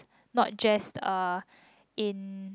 not just uh in